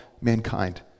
mankind